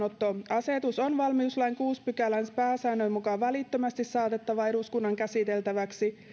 käyttöönottoasetus on valmiuslain kuudennen pykälän pääsäännön mukaan välittömästi saatettava eduskunnan käsiteltäväksi